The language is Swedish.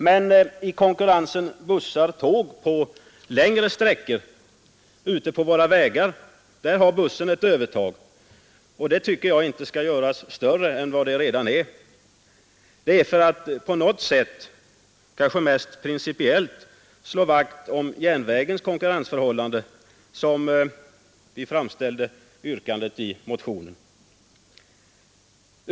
Men i konkurrensen mellan bussar och tåg på längre sträckor har bussarna ett övertag, och det tycker jag inte bör göras större än vad det redan är. Det är för att på något sätt — kanske mest principiellt — slå vakt om järnvägens konkurrensförhållande som vi framställt detta motionsyrkande.